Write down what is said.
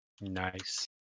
Nice